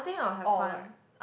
or